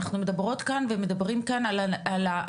אנחנו מדברות כאן ומדברים כאן על אנשים